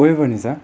OYO पनि छ